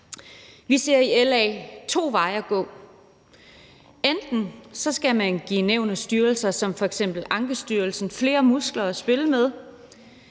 Vi ser i LA to veje at gå. Den ene vej er at give nævn og styrelser, f.eks. Ankestyrelsen, flere muskler at spille med.